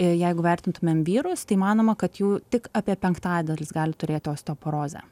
jeigu vertintumėm vyrus tai įmanoma kad jų tik apie penktadalis gali turėti osteoporozę